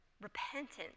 repentance